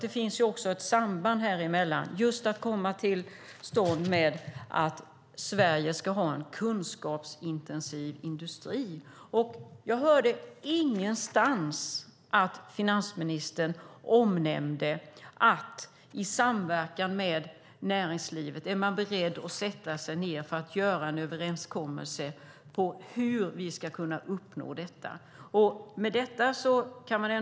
Det finns också ett samband med att Sverige ska få en kunskapsintensiv industri. Jag har inte hört finansministern nämna att man är beredd att sätta sig ned i samverkan med näringslivet och få till stånd en överenskommelse om hur vi ska uppnå detta.